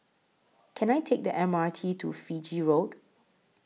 Can I Take The M R T to Fiji Road